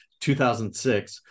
2006